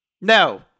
No